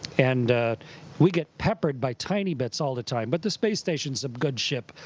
and we get peppered by tiny bits all the time, but the space station's a good ship,